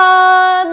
on